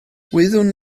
wyddwn